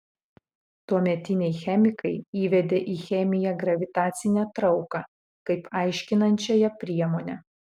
tuometiniai chemikai įvedė į chemiją gravitacinę trauką kaip aiškinančiąją priemonę